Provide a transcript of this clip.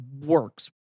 works